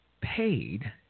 paid